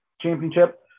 championship